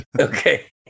okay